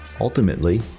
Ultimately